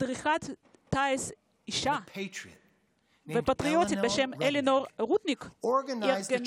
מדריכת טיס פטריוטית ששמה אלינור רודניק ארגנה